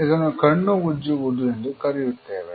ಇದನ್ನು ಕಣ್ಣು ಉಜ್ಜುವುದು ಎಂದು ಕರೆಯುತ್ತೇವೆ